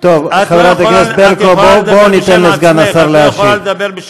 יכולה לעמוד ולהרצות,